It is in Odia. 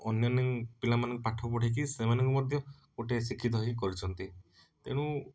ଅନନ୍ୟା ପିଲାମାନଙ୍କୁ ପାଠ ପଢ଼େଇକି ସେମାନଙ୍କୁ ମଧ୍ୟ ଗୋଟେ ଶିକ୍ଷିତ ହେଇ କରିଛନ୍ତି ତେଣୁ